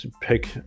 pick